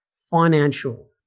financial